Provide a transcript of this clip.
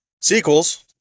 sequels